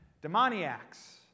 demoniacs